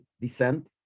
descent